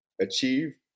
achieve